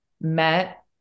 met